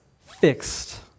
fixed